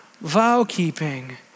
vow-keeping